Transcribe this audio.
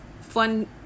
fun